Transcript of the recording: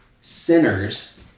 sinners